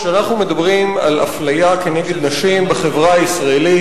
כשאנחנו מדברים על אפליה כנגד נשים בחברה הישראלית,